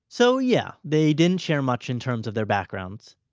so yeah, they didn't share much in terms of their backgrounds,